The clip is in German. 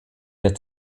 der